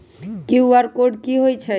QR code कि हई छई?